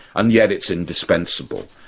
and yet it's indispensible.